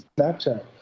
Snapchat